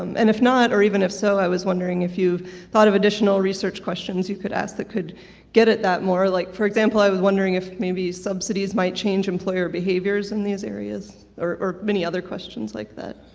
um and if not, or even if so, i was wondering if you thought of additional research questions you could ask that could get at that more, like for example, i was wondering if maybe subsidies might change employer behaviors in these areas, or many other questions like that.